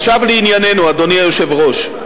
ועכשיו לענייננו, אדוני היושב-ראש.